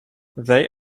they